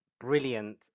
brilliant